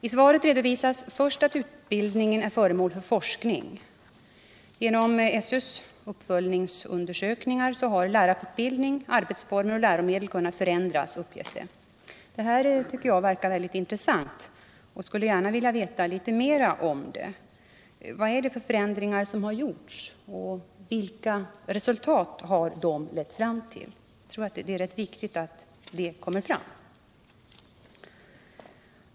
I svaret redovisas först att utbildningen är föremål för forskning. Genom Nr 142 SÖ:s uppföljningsundersökningar har lärarfortbildning, arbetsformer och Tisdagen den läromedel kunnat förändras, uppges det. Detta tycker jag verkar intressant, 16 maj 1978 och jag skulle gärna vilja veta litet mer om det. Vilka förändringar har gjorts och vilka resultat har de lett fram till? Jag tror att det är rätt viktigt att det kommer fram.